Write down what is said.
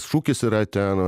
šūkis yra ten